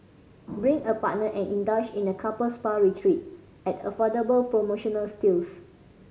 bring a partner and indulge in a couple spa retreat at affordable promotional steals